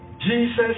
Jesus